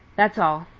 that's all.